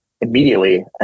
immediately